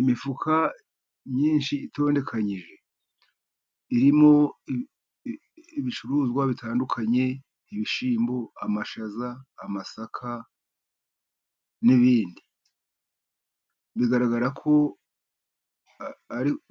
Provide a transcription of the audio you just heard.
Imifuka myinshi itondekanyije, irimo ibicuruzwa bitandukanye: ibishyimbo, amashaza, amasaka n'ibindi bigaragara ko